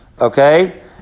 Okay